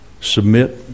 submit